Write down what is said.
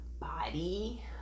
body